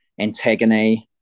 Antagony